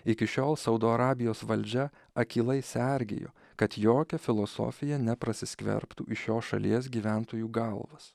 iki šiol saudo arabijos valdžia akylai sergėjo kad jokia filosofija neprasiskverbtų į šios šalies gyventojų galvas